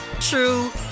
true